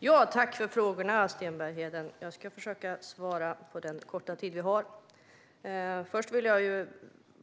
Fru talman! Tack för frågorna, Sten Bergheden! Jag ska försöka svara på den korta tid vi har. Först och främst vill